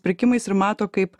pirkimais ir mato kaip